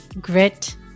grit